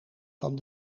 van